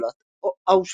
ניצולת אושוויץ.